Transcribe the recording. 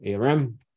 ARM